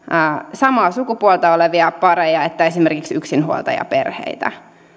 samaa sukupuolta olevia pareja että esimerkiksi yksinhuoltajaperheitä